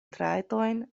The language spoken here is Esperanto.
trajtojn